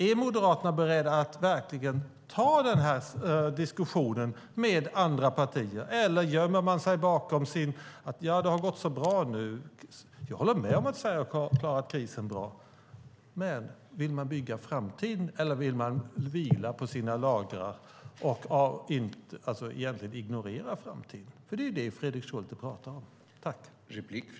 Är Moderaterna beredda att verkligen ta den diskussionen med andra partier eller gömmer man sig bakom, som man säger, att det gått så bra för Sverige. Jag håller med om att Sverige klarat krisen bra, men vill man bygga framtiden eller vill man vila på lagrarna och ignorera framtiden? Det är det som Fredrik Schulte egentligen säger.